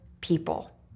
people